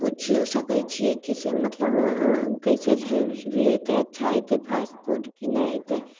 पूछि सकै छियै की से मतलब कैसे डिलीभरी अयतै अच्छा अयतै फास्ट फूड की नहि अयतै